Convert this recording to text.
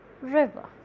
River